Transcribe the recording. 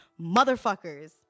motherfuckers